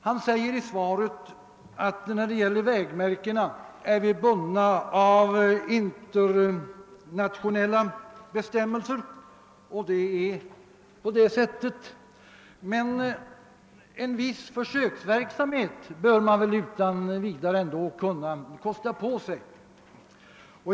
Kommunikationsministern säger i svaret att vägmärkenas utseende är bundet av internationella bestämmelser, och det är naturligtvis riktigt, men en viss försöksverksamhet bör man väl ändå kunna kosta på sig.